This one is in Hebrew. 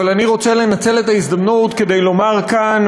אבל אני רוצה לנצל את ההזדמנות כדי לומר כאן,